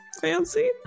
fancy